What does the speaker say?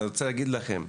אני רוצה להגיד לכם,